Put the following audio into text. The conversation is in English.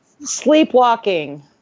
Sleepwalking